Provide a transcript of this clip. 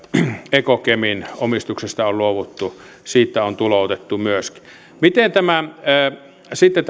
ekokemin omistuksesta on luovuttu siitä on myös tuloutettu miten tämä kehitysyhtiö sitten